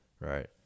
right